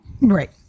Right